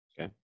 Okay